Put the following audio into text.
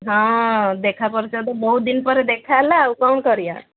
ହଁ ଦେଖା କରିଛ ତ ବହୁତ ଦିନ ପରେ ଦେଖାହେଲା ଆଉ କ'ଣ କରିବା